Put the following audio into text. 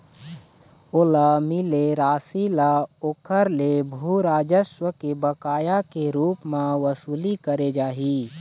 ओला मिले रासि ल ओखर ले भू राजस्व के बकाया के रुप म बसूली करे जाही